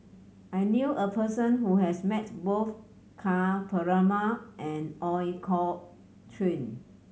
I knew a person who has met both Ka Perumal and Ooi Kok Chuen